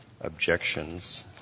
objections